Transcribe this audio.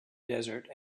desert